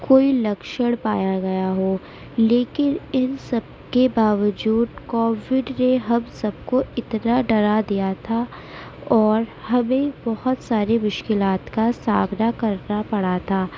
کوئی لکچھڑ پایا گیا ہو لیکن ان سب کے باوجود کووڈ نے ہم سب کو اتنا ڈرا دیا تھا اور ہمیں بہت سارے مشکلات کا سامنا کرنا پڑا تھا